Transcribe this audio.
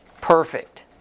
perfect